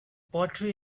poetry